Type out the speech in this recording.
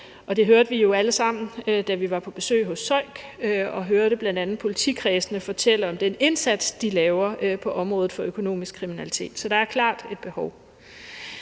det hørte vi jo alle sammen, da vi var på besøg hos SØIK, hvor vi bl.a. hørte politikredsene fortælle om den indsats, de laver på området for økonomisk kriminalitet – så der er klart et behov.